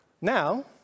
Now